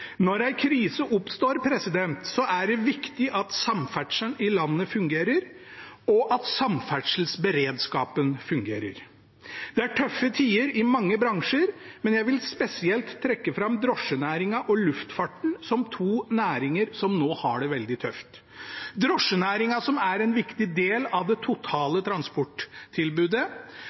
Når en krise oppstår, er det viktig at samferdselen i landet fungerer og at samferdselsberedskapen fungerer. Det er tøffe tider i mange bransjer, men jeg vil spesielt trekke fram drosjenæringen og luftfarten som to næringer som nå har det veldig tøft. Drosjenæringen er en viktig del av det totale transporttilbudet,